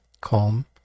calm